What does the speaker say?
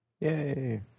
Yay